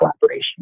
collaboration